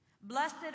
Blessed